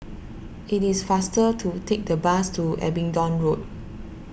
it is faster to take the bus to Abingdon Road